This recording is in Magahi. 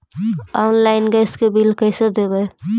आनलाइन गैस के बिल कैसे देबै?